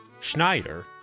Schneider